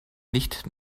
nicht